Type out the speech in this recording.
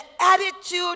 attitude